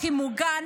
הכי מוגן,